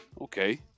Okay